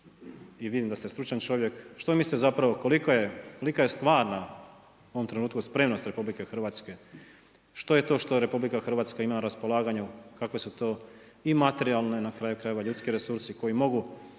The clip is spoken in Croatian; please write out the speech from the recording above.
i vidim da ste stručan čovjek, što mislite kolika je stvarna u ovom trenutku spremnost RH, što je to što RH ima na raspolaganju, kakve su to i materijalni i na kraju krajeva ljudski resursi koji mogu